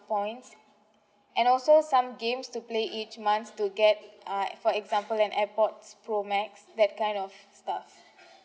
points and also some games to play each months to get uh for example an airpods pro max that kind of stuff